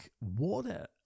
water